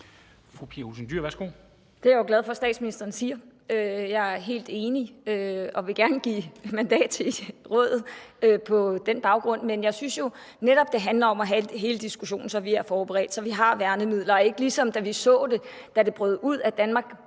Det er jeg jo glad for at statsministeren siger. Jeg er helt enig og vil gerne give mandat til rådet på den baggrund. Men jeg synes jo netop, det handler om at have hele diskussionen, så vi er forberedt, så vi har værnemidler – og ikke ligesom vi så det, da det brød ud, at Danmark